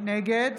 נגד